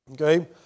Okay